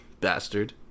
Bastard